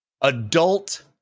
adult